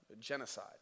Genocide